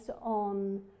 on